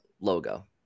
logo